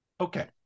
okay